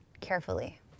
carefully